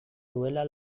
duela